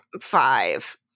Five